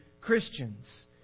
Christians